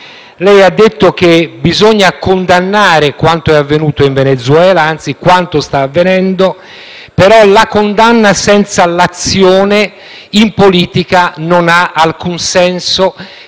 Lei ha detto che bisogna condannare quanto è avvenuto in Venezuela, anzi quanto sta avvenendo, però la condanna senza l'azione, in politica non ha alcun senso,